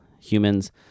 humans